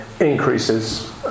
increases